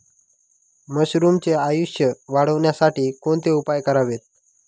मशरुमचे आयुष्य वाढवण्यासाठी कोणते उपाय करावेत?